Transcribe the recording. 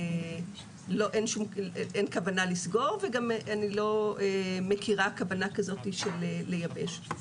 אין כוונה לסגור ואני גם לא מכירה כוונה כזאת של לייבש.